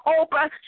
open